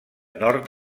nord